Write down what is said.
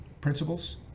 principles